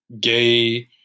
gay